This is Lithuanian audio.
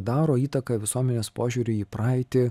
daro įtaką visuomenės požiūriui į praeitį